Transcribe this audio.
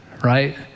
Right